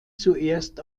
zuerst